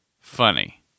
funny